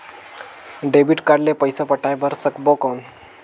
Debit card ले पइसा पटाय बार सकबो कौन?